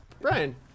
Brian